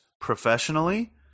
professionally